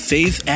Faith